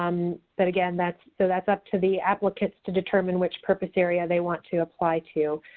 um but, again, that's so that's up to the applicants to determine which purpose area they want to apply to.